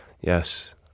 Yes